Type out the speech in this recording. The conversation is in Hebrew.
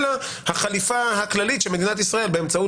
אלא החליפה הכללית שמדינת ישראל באמצעות